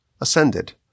ascended